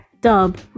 Dub